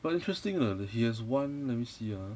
but interesting lah that he has one let me see ah